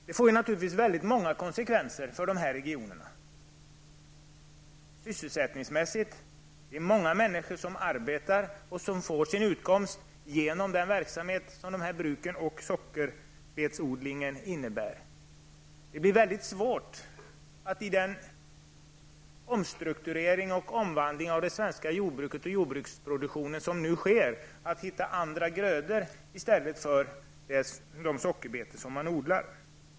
Det får naturligtvis många konsekvenser för dessa regioner, bl.a. sysselsättningsmässigt. Det är många människor som arbetar och får sin utkomst genom den verksamhet som bruken och sockerbetsodlingen innebär. Det blir väldigt svårt att i den omstrukturering och omvandling av det svenska jordbruket och jordbruksproduktionen som nu sker hitta andra grödor i stället för de sockerbetor som odlas.